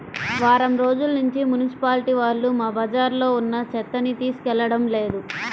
వారం రోజుల్నుంచి మున్సిపాలిటీ వాళ్ళు మా బజార్లో ఉన్న చెత్తని తీసుకెళ్లడం లేదు